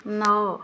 ନଅ